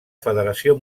federació